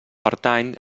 pertany